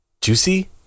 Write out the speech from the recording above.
Juicy